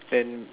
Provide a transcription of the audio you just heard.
then